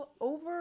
Over